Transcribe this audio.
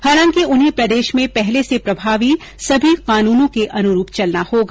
हालांकि उन्हें प्रदेश में पहले से प्रभावी सभी कानूनों के अनुरूप चलना होगा